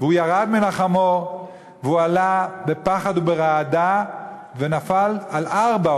והוא ירד מן החמור והוא עלה בפחד וברעדה ונפל על ארבע.